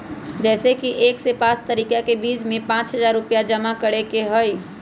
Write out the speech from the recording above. जैसे कि एक से पाँच तारीक के बीज में पाँच हजार रुपया जमा करेके ही हैई?